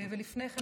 ולפני כן,